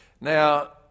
Now